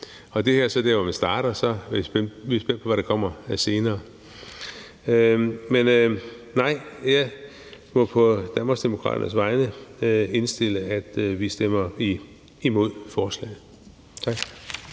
det starter, og så kan man være spændt på, hvad der kommer senere. Jeg må på Danmarksdemokraternes vegne sige, at vi stemmer imod forslaget. Tak.